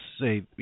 say